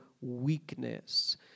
weakness